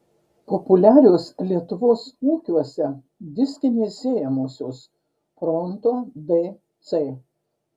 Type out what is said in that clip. populiarios lietuvos ūkiuose diskinės sėjamosios pronto dc